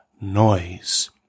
Noise